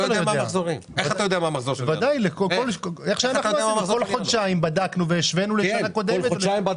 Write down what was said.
כל חודשיים בדקנו והשווינו לשנה קודמת.